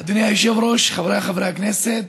אדוני היושב-ראש, חבריי חברי הכנסת,